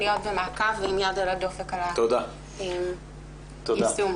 להיות במעקב ועם יד על הדופק אחר היישום.